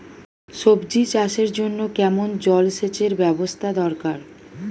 সবজি চাষের জন্য কেমন জলসেচের ব্যাবস্থা দরকার?